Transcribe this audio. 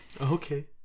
Okay